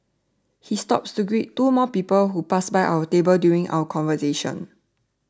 he stops to greet two more people who pass by our table during our conversation